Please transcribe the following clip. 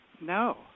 No